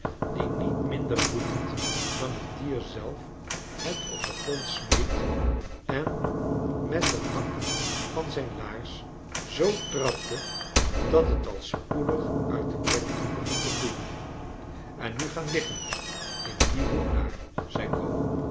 die niet minder woedend dan het dier zelf het op den grond smeet en met den hak van zijn laars zoo trapte dat het al spoedig uit den bek begon te bloeden en nu gaan liggen in diein hoek daar zei